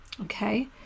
Okay